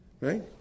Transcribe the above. right